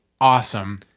awesome